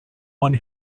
one